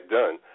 done